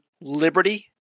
Liberty